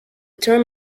term